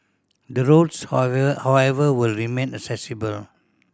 the roads however however will remain accessible